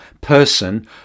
person